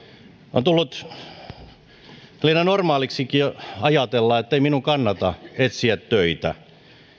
on tullut jo ihan normaaliksikin ajatella että ei minun kannata etsiä töitä